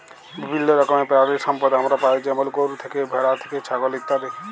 বিভিল্য রকমের পেরালিসম্পদ আমরা পাই যেমল গরু থ্যাকে, ভেড়া থ্যাকে, ছাগল ইত্যাদি